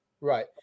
Right